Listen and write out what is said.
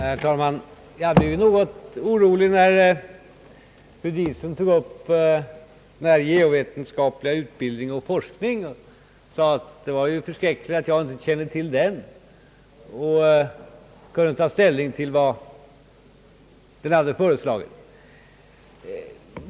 Herr talman! Jag blev något orolig när fru Diesen började tala om »Geovetenskaplig utbildning och forskning» och tyckte att det var förskräckligt att jag inte kände till den utredningen och kunde ta ställning till vad den föreslagit.